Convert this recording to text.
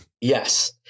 Yes